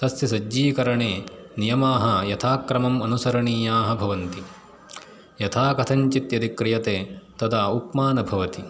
तस्य सज्जीकरणे नियमाः यथाक्रमम् अनुसरणीयाः भवन्ति यथाकथञ्चित् यदि क्रियते तदा उप्मा न भवति